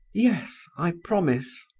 yes, i promise.